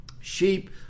sheep